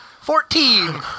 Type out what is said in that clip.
Fourteen